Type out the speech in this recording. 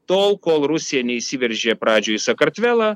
tol kol rusija neįsiveržė pradžioj į sakartvelą